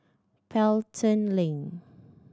Pelton Link